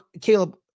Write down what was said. Caleb